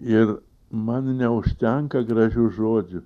ir man neužtenka gražių žodžių